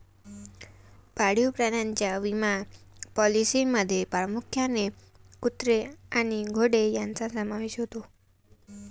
पाळीव प्राण्यांच्या विमा पॉलिसींमध्ये प्रामुख्याने कुत्रे आणि घोडे यांचा समावेश होतो